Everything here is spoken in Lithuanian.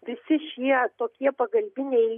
visi šie tokie pagalbiniai